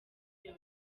iyo